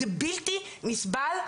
זה בלתי נסבל.